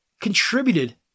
contributed